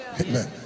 Amen